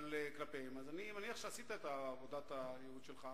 ואני מעריך את העובדה שהוא לא חזר על אותם דברי הבל של אותו אתר,